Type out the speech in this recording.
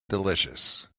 delicious